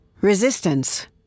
Resistance